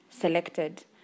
selected